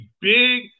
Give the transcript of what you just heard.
big